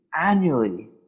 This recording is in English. Annually